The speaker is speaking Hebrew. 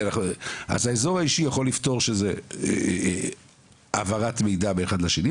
אז האזור האישי יכול לפתור שזו העברת מידע בין האחד לשני,